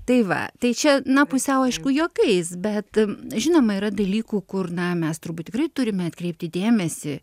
tai va tai čia na pusiau aišku juokais bet žinoma yra dalykų kur na mes turbūt tikrai turime atkreipti dėmesį